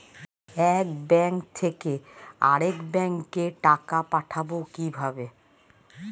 এক ব্যাংক থেকে আরেক ব্যাংকে টাকা পাঠাবো কিভাবে?